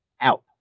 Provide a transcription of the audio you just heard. Out